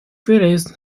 phyllis